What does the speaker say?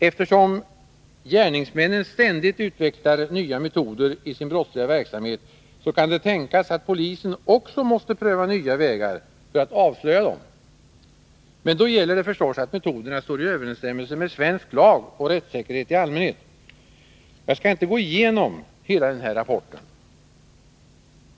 Eftersom gärningsmännen ständigt utvecklar nya metoder i sin brottsliga verksamhet, kan det tänkas att polisen också måste pröva nya vägar för att avslöja dem. Men då gäller det förstås att metoderna står i överensstämmelse med svensk lag och rättssäkerhet i allmänhet. Jag skall inte gå igenom hela den här rapporten.